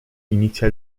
inizia